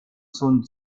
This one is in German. sun